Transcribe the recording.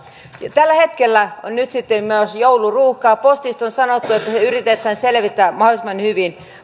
tällä hetkellä on nyt sitten myös jouluruuhka postista on sanottu että se yritetään selvittää mahdollisimman hyvin